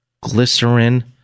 glycerin